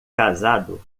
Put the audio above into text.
casado